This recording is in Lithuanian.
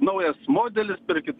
naujas modelis pirkit